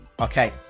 Okay